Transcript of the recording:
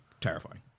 terrifying